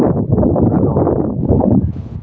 ᱟᱫᱚ